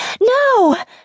No